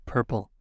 Purple